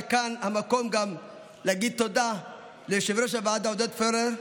וכאן המקום גם להגיד תודה ליושב-ראש הוועדה עודד פורר,